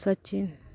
Sachin